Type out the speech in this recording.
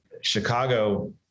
Chicago